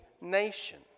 nation